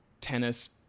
tennis